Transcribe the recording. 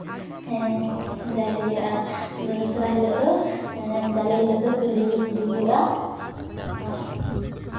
ᱦᱮᱸ ᱡᱟᱦᱮᱨ ᱤᱭᱟᱹᱨᱮ ᱟᱨ ᱫᱚᱥᱨᱟ ᱦᱤᱞᱳᱜ ᱫᱚ ᱡᱟᱞᱮ ᱦᱤᱞᱳᱜ ᱫᱚ ᱦᱚᱞᱤ ᱦᱚᱞᱤ ᱦᱩᱭᱩᱜᱼᱟ ᱟᱨ